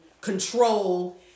control